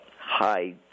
high